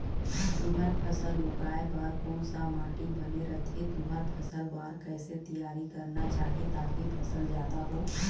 तुंहर फसल उगाए बार कोन सा माटी बने रथे तुंहर फसल बार कैसे तियारी करना चाही ताकि फसल जादा हो?